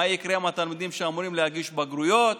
מה יקרה עם התלמידים שאמורים לגשת לבגרויות?